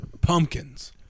pumpkins